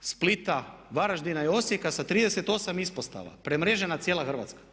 Splita, Varaždina i Osijeka sa 38 ispostava, premrežena cijela Hrvatska.